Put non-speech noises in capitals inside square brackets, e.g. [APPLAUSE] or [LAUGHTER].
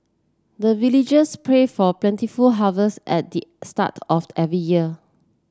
the villagers pray for plentiful harvest at [UNINTELLIGIBLE] start of every year